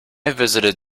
visited